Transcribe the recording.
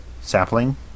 sapling